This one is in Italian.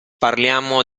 parliamo